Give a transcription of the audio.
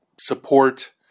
support